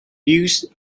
use